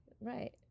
Right